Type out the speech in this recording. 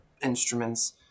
instruments